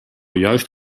juist